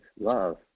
love